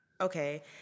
Okay